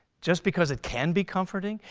just because it can be comforting?